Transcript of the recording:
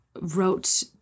wrote